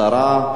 10,